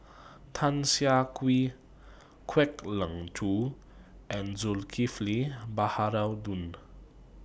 Tan Siah Kwee Kwek Leng Joo and Zulkifli Baharudin